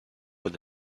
with